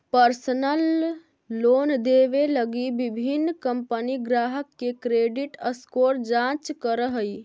personal loan देवे लगी विभिन्न कंपनि ग्राहक के क्रेडिट स्कोर जांच करऽ हइ